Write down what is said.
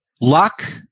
Luck